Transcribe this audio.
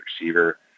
receiver